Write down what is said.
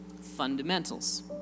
Fundamentals